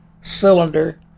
cylinder